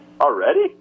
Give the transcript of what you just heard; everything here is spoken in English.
Already